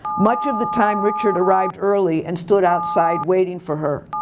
much of the time richard arrived early and stood outside waiting for her.